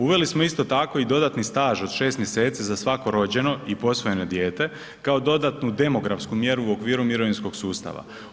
Uveli smo isto tako i dodatni staž od šest mjeseci za svako rođeno i posvojeno dijete kao dodatnu demografsku mjeru u okviru mirovinskog sustava.